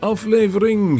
Aflevering